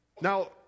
Now